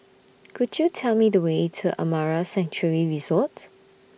Could YOU Tell Me The Way to Amara Sanctuary Resort